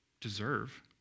deserve